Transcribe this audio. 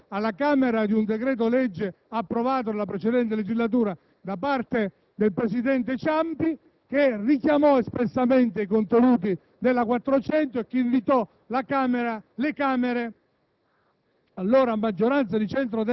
il messaggio di rinvio alle Camere di un decreto‑legge, approvato nella precedente legislatura, da parte del presidente Ciampi, che richiamò espressamente i contenuti della legge n. 400 del 1988 e che invitò le Camere stesse,